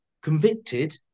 convicted